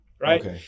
right